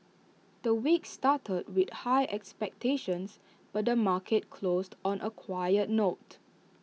the week started with high expectations but the market closed on A quiet note